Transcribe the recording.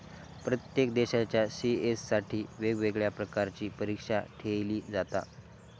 प्रत्येक देशाच्या सी.ए साठी वेगवेगळ्या प्रकारची परीक्षा ठेयली जाता